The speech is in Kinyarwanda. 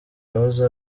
yahoze